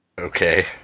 Okay